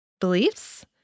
beliefs